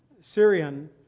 Syrian